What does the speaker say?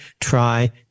try